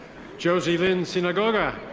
josie lynn sinagoga.